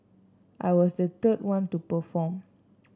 I was the third one to perform